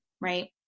right